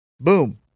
Boom